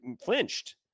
flinched